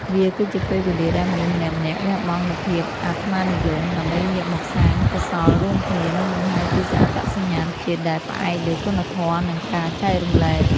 វាគឺជាពេលវេលាដែលមនុស្សម្នាក់ៗលះបង់នូវភាពអត្ដានិយម ដើម្បីងាកមកសាងកុសលរួមគ្នា និងបង្ហាញពីអត្តសញ្ញាណជាតិដែលផ្អែកលើគុណធម៌ និងការចែករំលែក។